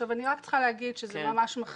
אני רק צריכה להגיד שזה ממש מכעיס,